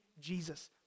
Jesus